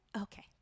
Okay